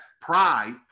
pride